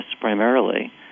primarily